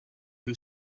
who